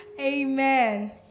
amen